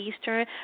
Eastern